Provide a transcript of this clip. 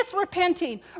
repenting